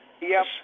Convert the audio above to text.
Yes